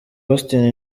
austin